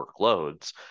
workloads